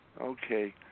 Okay